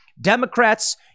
Democrats